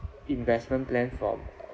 investment plans for